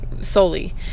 solely